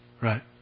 Right